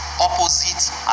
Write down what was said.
Opposite